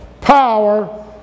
power